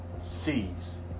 sees